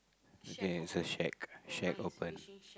okay it a shake shake open